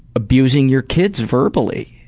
abusing your kids verbally,